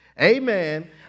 Amen